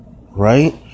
Right